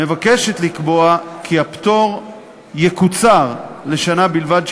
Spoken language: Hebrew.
מבקשת לקבוע כי הפטור יקוצר לשנה בלבד,